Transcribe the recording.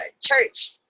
church